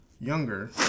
younger